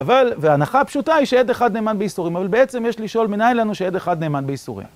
אבל, וההנחה פשוטה היא שעד אחד נאמן בייסורים. אבל בעצם יש לשאול מניין לנו שעד אחד נאמן בייסורים.